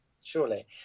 surely